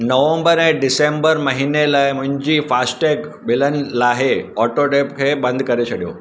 नवंबर ऐं डिसंबर महिने लाइ मुंहिंजी फ़ास्टैग ॿिलनि लाइ ऑटो डेबिट खे बं दिकरे छॾियो